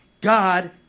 God